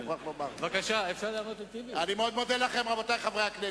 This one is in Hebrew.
אני מאוד מודה לכם, רבותי חברי הכנסת.